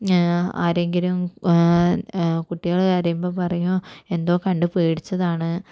ആരെങ്കിലും കുട്ടികള് കരയുമ്പം പറയും എന്തോ കണ്ട് പേടിച്ചതാണ്